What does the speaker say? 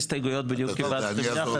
אני פותח את ישיבת ועדת הפנים והגנת